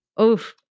Oof